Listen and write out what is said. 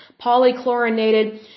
polychlorinated